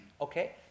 Okay